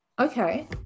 Okay